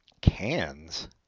cans